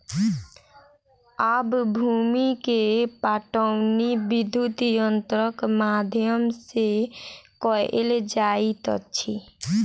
आब भूमि के पाटौनी विद्युत यंत्रक माध्यम सॅ कएल जाइत अछि